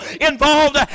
involved